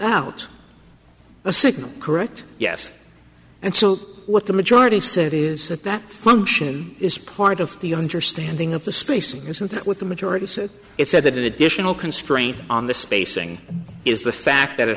out a signal correct yes and so what the majority said is that that function is part of the understanding of the spacing isn't that what the majority said it said that it additional constraint on the spacing is the fact that ha